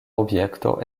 objekto